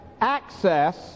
access